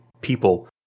people